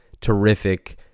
terrific